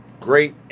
Great